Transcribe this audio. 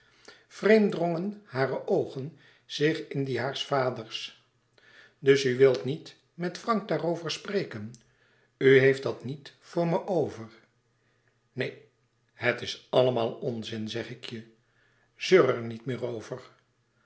vreemd drongen hare oogen zich in die haars vaders dus u wilt niet met frank daarover spreken u heeft dat niet voor me over neen het is allemaal onzin zeg ik je zeur er niet meer over